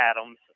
Adams